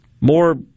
More